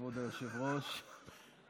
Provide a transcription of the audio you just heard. כבוד היושב-ראש,